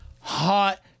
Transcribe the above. hot